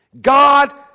God